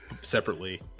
separately